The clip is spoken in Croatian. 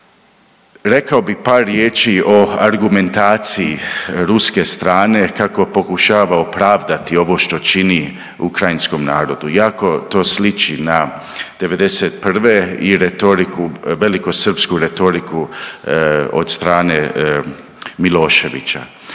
rekao bih par riječi o argumentaciji ruske strane kako pokušava opravdati ovo što čini ukrajinskom narodu. Jako to sliči na '91. i retoriku, velikosrpsku retoriku od strane Miloševića.